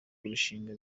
kurushinga